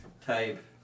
type